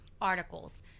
articles